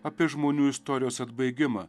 apie žmonių istorijos atbaigimą